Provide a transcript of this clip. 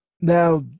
Now